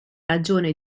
ragione